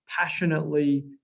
passionately